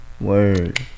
word